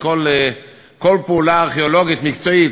וכל פעולה ארכיאולוגית מקצועית,